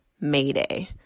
MAYDAY